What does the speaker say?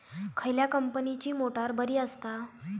खयल्या कंपनीची मोटार बरी असता?